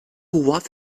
what